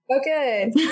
Okay